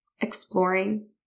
exploring